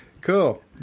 cool